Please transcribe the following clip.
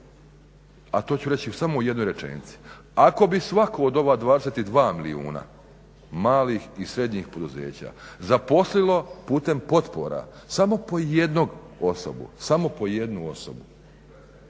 a to ću reći samo u jednoj rečenici, ako bi svatko od ova 22 milijuna malih i srednjih poduzeća zaposlilo putem potpora samo po jednu osobu tada bi